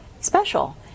special